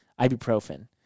Ibuprofen